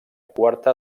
quarta